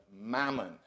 mammon